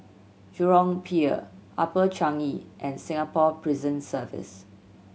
Jurong Pier Upper Changi and Singapore Prison Service